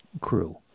crew